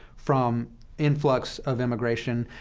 from influx of immigration,